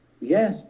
Yes